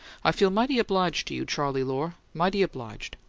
i feel mighty obliged to you, charley lohr mighty obliged.